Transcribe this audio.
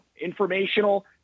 Informational